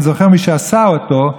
אני זוכר מי שעשה אותו,